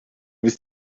ist